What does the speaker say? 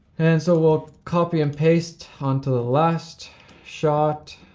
and so we'll copy and paste onto the last shot,